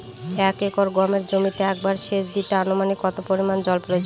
এক একর গমের জমিতে একবার শেচ দিতে অনুমানিক কত পরিমান জল প্রয়োজন?